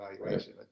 evaluation